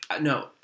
no